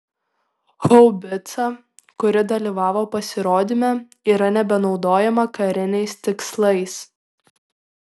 haubica kuri dalyvavo pasirodyme yra nebenaudojama kariniais tikslais